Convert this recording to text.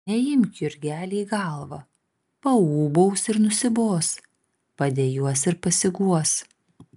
neimk jurgeli į galvą paūbaus ir nusibos padejuos ir pasiguos